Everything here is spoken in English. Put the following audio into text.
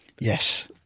Yes